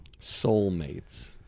Soulmates